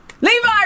Levi